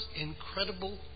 incredible